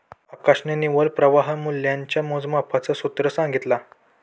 आकाशने निव्वळ प्रवाह मूल्याच्या मोजमापाच सूत्र सांगितला